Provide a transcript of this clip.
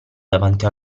davanti